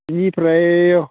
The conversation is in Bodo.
बिनिफ्राय